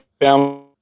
family